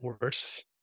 worse